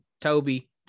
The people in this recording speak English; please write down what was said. Toby